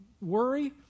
worry